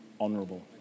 honourable